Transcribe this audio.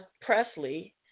Presley